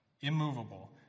immovable